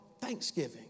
thanksgiving